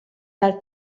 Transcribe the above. dal